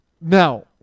Now